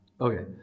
Okay